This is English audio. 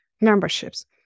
memberships